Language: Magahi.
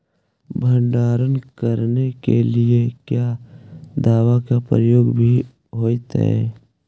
भंडारन करने के लिय क्या दाबा के प्रयोग भी होयतय?